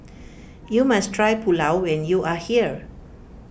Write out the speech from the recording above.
you must try Pulao when you are here